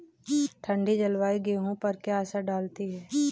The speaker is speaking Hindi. ठंडी जलवायु गेहूँ पर क्या असर डालती है?